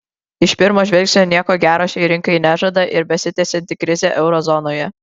iš pirmo žvilgsnio nieko gero šiai rinkai nežada ir besitęsianti krizė euro zonoje